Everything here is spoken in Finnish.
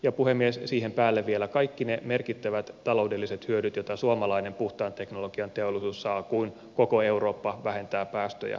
ja puhemies siihen päälle vielä kaikki ne merkittävät taloudelliset hyödyt joita suomalainen puhtaan teknologian teollisuus saa kun koko eurooppa vähentää päästöjä määrätietoisesti